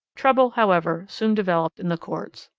trouble, however, soon developed in the courts.